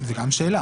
זו גם שאלה.